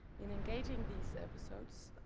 in engaging these episodes,